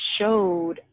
showed